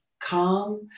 calm